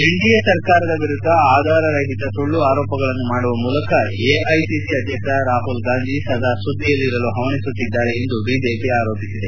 NDA ಸರ್ಕಾರದ ವಿರುದ್ಧ ಆಧಾರ ರಹಿತ ಸುಳ್ಳು ಆರೋಪಗಳನ್ನು ಮಾಡುವ ಮೂಲಕ ಎಐಸಿಸಿ ಅಧ್ಯಕ್ಷ ರಾಪುಲ್ ಗಾಂದಿ ಸದಾ ಸುದ್ದಿಯಲ್ಲಿರಲು ಪವಣಿಸುತ್ತಿದ್ದಾರೆ ಎಂದು ಬಿಜೆಪಿ ಆರೋಪಿಸಿದೆ